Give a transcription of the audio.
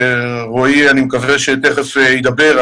ואני מקווה שתכף רועי ידבר,